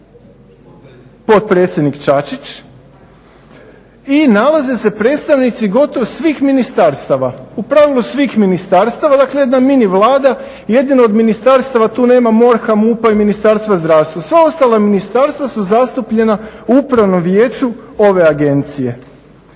potpredsjednik Čačić i nalaze se predstavnici gotovo svih ministarstava, u pravilu svih ministarstava dakle jedna mini vlada. Jedino od ministarstava tu nema MORH-a, MUP-a i Ministarstva zdravstva, sva ostala ministarstva su zastupljena u upravnom vijeću ove agencije.